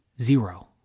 zero